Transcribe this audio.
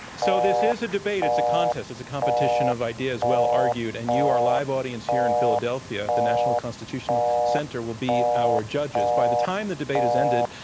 so this is a debate. it's a contest. it's a competition of ideas well argued. and you are a live audience here in philadelphia. the national constitutional center will be our judges. by the time the debate is ended,